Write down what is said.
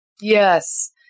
Yes